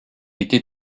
était